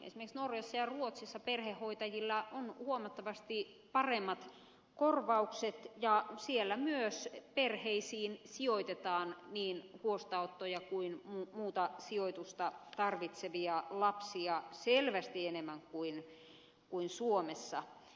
esimerkiksi norjassa ja ruotsissa perhehoitajilla on huomattavasti paremmat korvaukset ja siellä myös perheisiin sijoitetaan niin huostaanottoa kuin muuta sijoitusta tarvitsevia lapsia selvästi enemmän kuin suomessa